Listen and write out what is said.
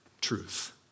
truth